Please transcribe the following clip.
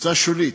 קבוצה שולית,